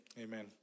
Amen